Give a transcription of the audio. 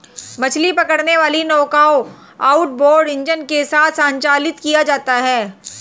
मछली पकड़ने वाली नौकाओं आउटबोर्ड इंजन के साथ संचालित किया जाता है